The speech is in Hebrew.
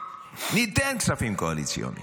ניתן כספים קואליציוניים.